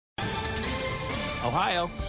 Ohio